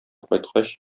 кайткач